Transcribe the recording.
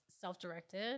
self-directed